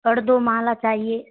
और दो माला चाहिए